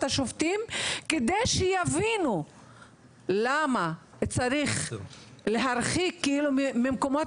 השופטים כדי שיבינו למה צריך להרחיק ממקומות